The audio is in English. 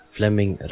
Fleming